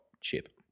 chip